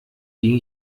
ging